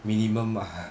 minimum ah